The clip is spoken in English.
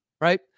right